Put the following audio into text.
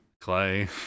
clay